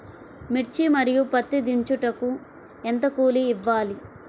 మిర్చి మరియు పత్తి దించుటకు ఎంత కూలి ఇవ్వాలి?